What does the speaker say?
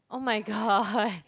oh my god